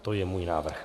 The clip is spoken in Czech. To je můj návrh.